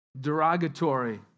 Derogatory